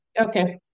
Okay